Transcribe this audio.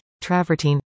travertine